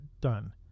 done